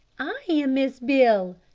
i am miss beale,